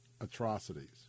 atrocities